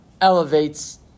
elevates